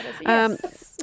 Yes